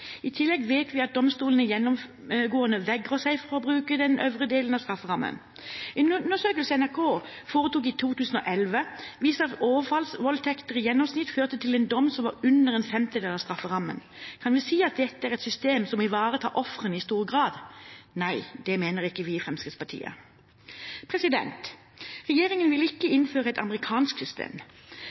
I tillegg vet vi at domstolene gjennomgående vegrer seg for å bruke den øvre delen av strafferammen. En undersøkelse NRK foretok i 2011, viste at overfallsvoldtekter i gjennomsnitt førte til en dom som var under en femtedel av strafferammen. Kan vi si at dette er et system som ivaretar ofrene i stor grad? Nei – det mener ikke vi i Fremskrittspartiet. Regjeringen vil ikke innføre et amerikansk system,